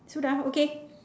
sudah okay